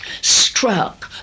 struck